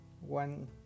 one